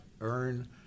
earn